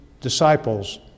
disciples